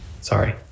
sorry